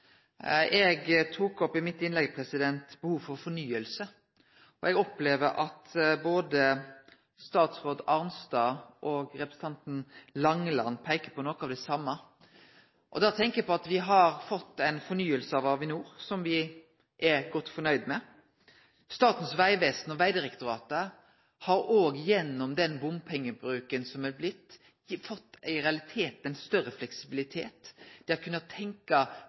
eg synest me ser ein bevegelse. I innlegget mitt tok eg opp behovet for fornying, og eg opplever at både statsråd Arnstad og representanten Langeland peiker på noko av det same. Og da tenkjer eg på at me har fått ei fornying av Avinor som me er godt fornøgde med. Gjennom bompengebruken har Statens vegvesen og Vegdirektoratet i realiteten fått ein større fleksibilitet. Dei har kunna